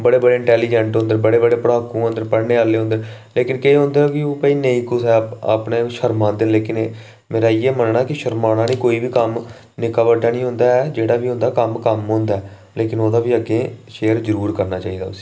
बड़े बड़े इंटेलीजेंट होंदे बड़े बड़े पढ़ाकु होंदे पढ़ने आह्ले होंदे पर केईं होंदे की ओह् नेईं भई अपने गै शरमांदे न के मेरा इ'यै मनना की नेईं शरमाना निं इ'यै कम्म निक्का बड्डा निं होंदा ऐ कम्म कम्म होंदा ऐ ते इ'यै कि शेयर जरूर करना चाहिदा इसी